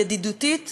ידידותית והוגנת.